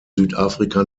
südafrika